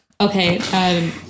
Okay